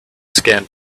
skin